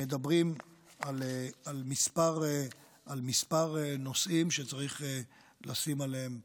אנחנו מדברים על כמה נושאים שצריך לשים עליהם דגש,